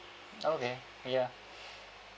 okay ya